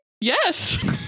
yes